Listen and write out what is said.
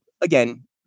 Again